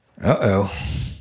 Uh-oh